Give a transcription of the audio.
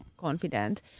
Confident